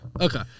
Okay